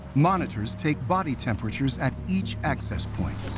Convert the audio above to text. monitors take body temperatures at each access point.